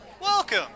Welcome